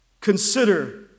consider